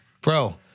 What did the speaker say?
Bro